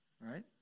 right